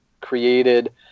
created